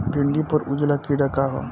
भिंडी पर उजला कीड़ा का है?